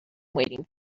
waiting